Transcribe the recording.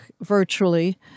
virtually